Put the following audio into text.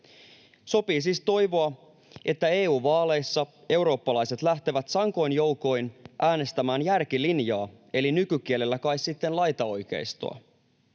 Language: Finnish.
Sopii siis toivoa, että EU-vaaleissa eurooppalaiset lähtevät sankoin joukoin äänestämään järkilinjaa eli nykykielellä kai sitten laitaoikeistoa.